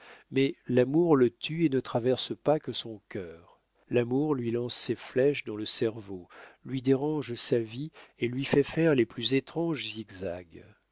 mais l'amour le tue et ne traverse pas que son cœur l'amour lui lance ses flèches dans le cerveau lui dérange sa vie et lui fait faire les plus étranges zigzags